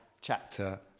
chapter